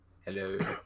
hello